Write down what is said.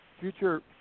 future